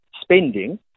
spending